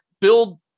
build